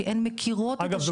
כי הן מכירות את השטח.